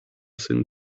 syn